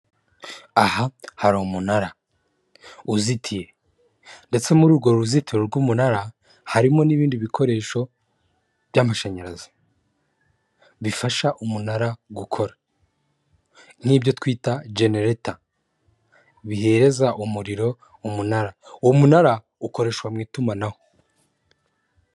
Aha hari umunara uzitiye ndetse muri urwo ruzitiro rw'umunara harimo n'ibindi bikoresho by'amashanyarazi bifasha umunara gukora, nk'ibyo twita genereta bihereza umuriro umunara uwo munara ukoreshwa mu itumanaho.